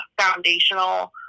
foundational